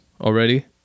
already